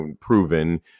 proven